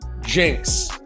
Jinx